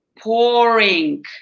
pouring